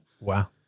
Wow